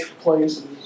places